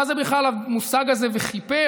מה זה בכלל המושג הזה "וכִפר"?